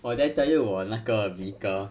!wah! did I tell you 我那个 vehicle